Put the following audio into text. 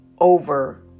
over